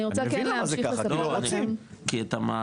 אני מבין למה זה ככה, כי הם לא רוצים.